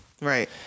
Right